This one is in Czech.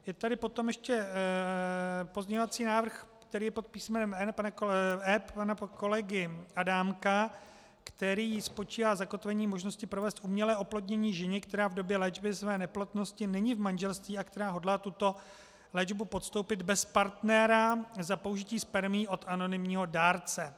Je tady potom ještě pozměňovací návrh, který je pod písmenem E pana kolegy Adámka, který spočívá v zakotvení možnosti provést umělé oplodnění ženě, která v době léčby své neplodnosti není v manželství a která hodlá tuto léčbu podstoupit bez partnera za použití spermií od anonymního dárce.